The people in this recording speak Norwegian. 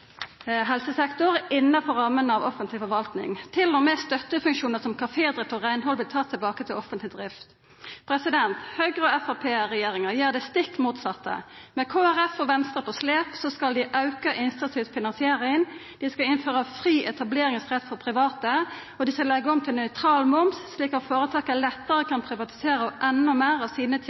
helsesektor innanfor rammene av offentleg forvaltning. Til og med støttefunksjonar som kafédrift og reinhald vart tatt tilbake til offentleg drift. Høgre–Framstegsparti-regjeringa gjer det stikk motsette. Med Kristeleg Folkeparti og Venstre på slep skal dei auka innsatsstyrt finansiering, dei skal innføra fri etableringsrett for private, og dei skal leggja om til nøytral moms, slik at føretaka lettare kan privatisera endå meir av sine tenester og gjera helsesektoren til